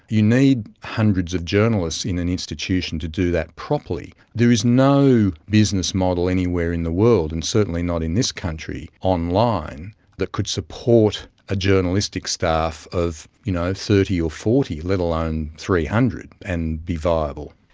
you need hundreds of journalists in an institution to do that properly. there is no business model anywhere in the world, and certainly not in this country online that could support a journalistic staff of you know thirty or forty, let alone three hundred and be viable.